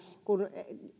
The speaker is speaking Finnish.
kun